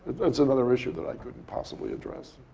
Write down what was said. that's another issue that i couldn't possibly address,